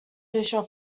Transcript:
fisher